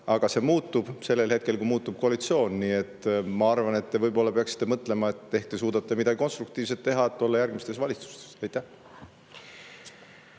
muutub sellel hetkel, kui muutub koalitsioon. Nii et ma arvan, et te võib-olla peaksite mõtlema sellele, et ehk te suudate midagi konstruktiivset teha, et olla järgmistes valitsustes. Aitäh,